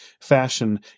fashion